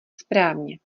správně